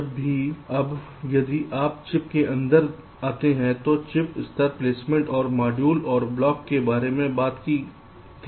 ठीक है अब यदि आप चिप के अंदर जाते हैं तो चिप स्तर प्लेसमेंट आपने मॉड्यूल और ब्लॉक के बारे में बात की थी